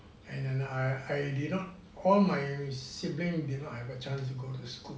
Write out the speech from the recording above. and then I I did not all my siblings did not have a chance to go to school